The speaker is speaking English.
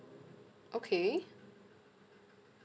okay